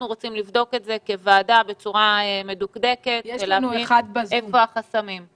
אנחנו רוצים כוועדה לבדוק את זה בצורה מדוקדקת ולדעת היכן החסמים.